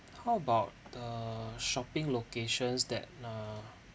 how about the shopping locations that uh